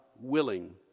willing